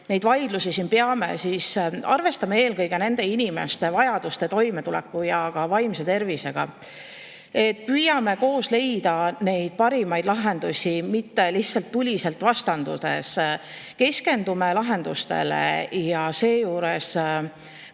neid vaidlusi siin peame, siis arvestame eelkõige nende inimeste vajaduste, toimetuleku ja vaimse tervisega. Püüame leida koos parimaid lahendusi, mitte lihtsalt tuliselt vastanduda. Keskendume lahendustele ja seejuures